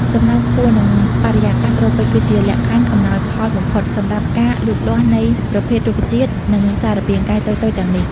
សំណើមខ្ពស់ និងបរិយាកាសត្រូពិក គឺជាលក្ខខណ្ឌអំណោយផលបំផុតសម្រាប់ការលូតលាស់នៃប្រភេទរុក្ខជាតិ និងសារពាង្គកាយតូចៗទាំងនេះ។